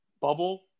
bubble